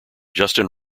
justin